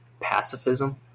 pacifism